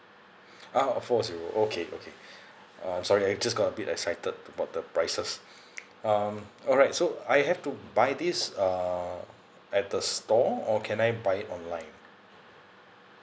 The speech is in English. ah four zero okay okay I'm sorry just got a bit excited about the prices um alright so I have to buy this uh at the store or can I buy online